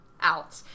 out